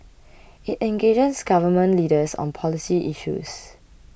it engages Government Leaders on policy issues